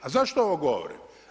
A zašto ovo govorim?